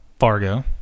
fargo